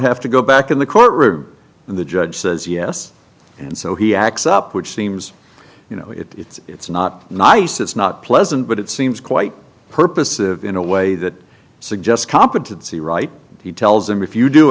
have to go back in the courtroom the judge says yes and so he acts up which seems you know it's not nice it's not pleasant but it seems quite purposive in a way that suggests competency right he tells him if you do